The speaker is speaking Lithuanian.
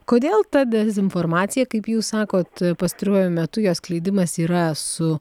kodėl ta dezinformacija kaip jūs sakot pastaruoju metu jos skleidimas yra su